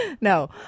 No